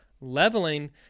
leveling